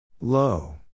Low